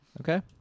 okay